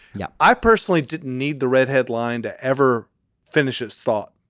yeah. i personally didn't need the red headline to ever finishes thought.